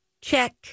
Check